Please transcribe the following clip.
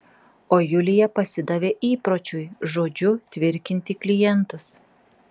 o julija pasidavė įpročiui žodžiu tvirkinti klientus